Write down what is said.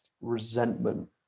resentment